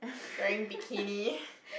wearing bikini